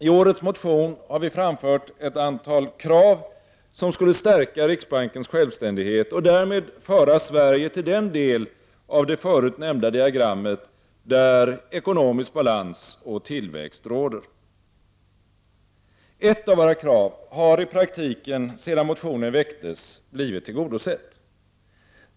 I årets motion har vi framfört ett antal krav i syfte att stärka riksbankens självständighet och föra Sverige till den del av det förut nämnda diagrammet där ekonomisk balans och tillväxt råder. Ett av våra krav har i praktiken blivit tillgodosett sedan motionen väcktes.